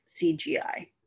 CGI